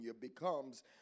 becomes